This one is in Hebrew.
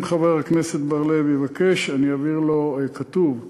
אם חבר הכנסת בר-לב יבקש אני אעביר לו, כתוב,